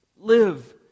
live